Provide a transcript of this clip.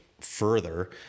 further